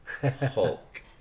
Hulk